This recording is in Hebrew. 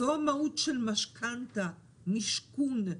זאת המהות של משכנתא, מישכון.